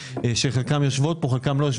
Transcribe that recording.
שחלקן יושבות פה וחלקן לא,